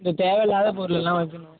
இந்த தேவை இல்லாத பொருளெலாம் வைக்கணும்